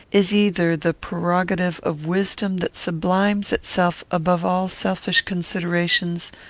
is either the prerogative of wisdom that sublimes itself above all selfish considerations,